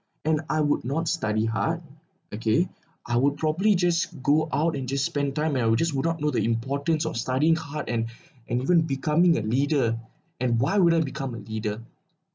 and I would not study hard okay I would probably just go out and just spend time and I would just would not know the importance of studying hard and and even becoming a leader and why wouldn't become a leader